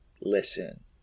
listen